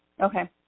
Okay